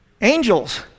Angels